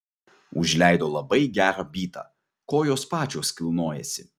užleido labai gerą bytą kojos pačios kilnojasi